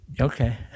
Okay